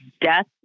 death